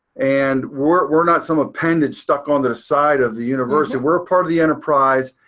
and we're not some appendage stuck onto the side of the university. we're part of the enterprise.